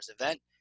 event